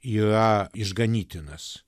yra išganytinas